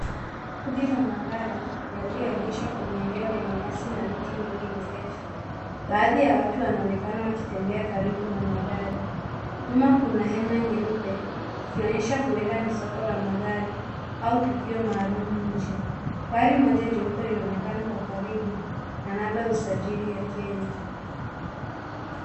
Kundi la magari, yaliyoegeshwa kwenye eneo lenye nyasi na miti mingi mirefu. Baadhi ya watu wanaonekana wakitembea karibu na magari. Nyuma kuna hema nyeupe, ikionyesha huenda ni soko la magari au tukio maalumu nje. Gari moja jeupe linaonekana kwa karibu, na labda usajili ya Kenya.